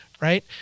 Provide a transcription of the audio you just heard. right